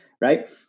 Right